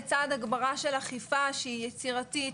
לצד הגברה של אכיפה שהיא יצירתית,